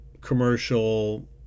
commercial